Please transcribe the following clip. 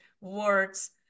words